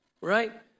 right